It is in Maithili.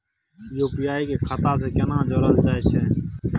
यु.पी.आई के खाता सं केना जोरल जाए छै?